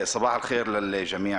סעדי בבקשה.